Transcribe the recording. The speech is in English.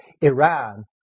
Iran